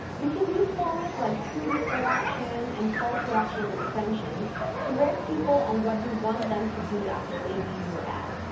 you can use formats, like, true view for action and call to action extensions to direct people on what you want them to do after they view your ad.